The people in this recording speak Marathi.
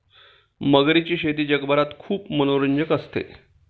मगरीची शेती जगभरात खूप मनोरंजक असते